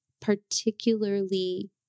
particularly